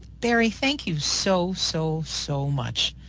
barry thank you so, so so much.